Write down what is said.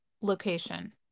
location